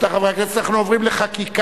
רבותי חברי הכנסת, אנחנו עוברים לחקיקה.